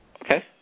Okay